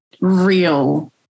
real